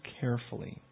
carefully